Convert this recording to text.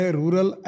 rural